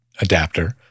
adapter